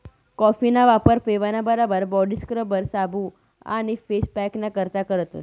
कॉफीना वापर पेवाना बराबर बॉडी स्क्रबर, साबू आणि फेस पॅकना करता करतस